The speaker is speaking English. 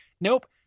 Nope